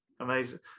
amazing